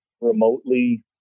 remotely